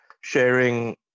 sharing